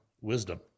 wisdom